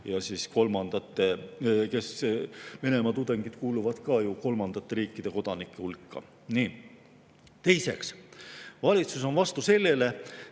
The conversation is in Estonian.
direktiivi muudetud. Venemaa tudengid kuuluvad ka ju kolmandate riikide kodanike hulka. Teiseks, valitsus on vastu sellele,